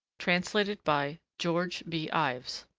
translated by george b. ives